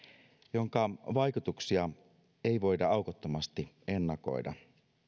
jonka vaikutuksia ei voida aukottomasti ennakoida